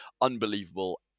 unbelievable